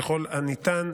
ככל הניתן,